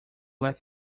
let